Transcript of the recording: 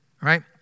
right